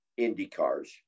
IndyCars